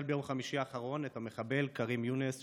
ביום חמישי האחרון את המחבל כרים יונס,